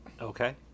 Okay